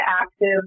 active